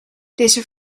deze